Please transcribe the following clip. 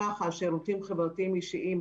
לאגף שירותים חברתיים ואישיים,